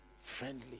Friendly